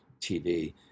TV